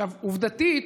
עובדתית,